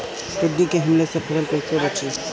टिड्डी के हमले से फसल कइसे बची?